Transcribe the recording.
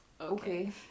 Okay